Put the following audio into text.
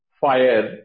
fire